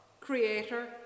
Creator